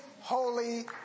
holy